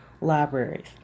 libraries